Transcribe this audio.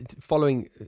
following